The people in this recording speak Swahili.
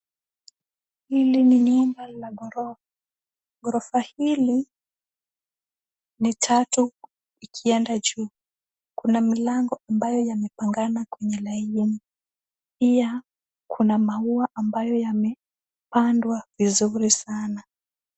Hili ni nyumba la ghorofa. Ghorofa hili ni tatu ikienda juu. Kuna milango ambayo yamepangana kwenye laini pia kuna maua yamepandwa vizuri sana.